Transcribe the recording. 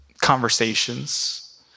conversations